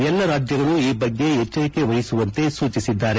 ಎಲ್ಲಾ ರಾಜ್ಯಗಳು ಈ ಬಗ್ಗೆ ಎಚ್ಷರಿಕೆ ವಹಿಸುವಂತೆ ಸೂಚಿಸಿದ್ದಾರೆ